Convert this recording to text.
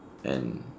and